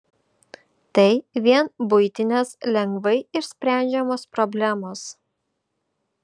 tai vien buitinės lengvai išsprendžiamos problemos